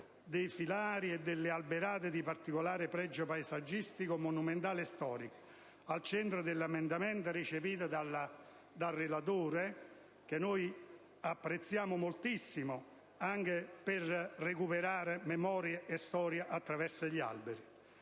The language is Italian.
dei filari e delle alberate di particolare pregio paesaggistico, monumentale e storico, al centro dell'emendamento da me presentato e recepito dal relatore - cosa che noi apprezziamo moltissimo - anche al fine di recuperare memoria e storia attraverso gli alberi.